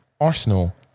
Arsenal